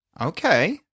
Okay